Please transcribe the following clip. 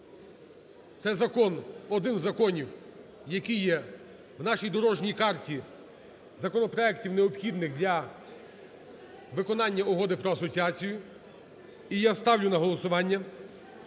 Це закон, один з законів, який є в нашій дорожній карті законопроектів, необхідних для виконання Угоди про асоціацію. І я ставлю на голосування